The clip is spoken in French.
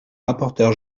rapporteur